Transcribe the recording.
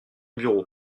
bureau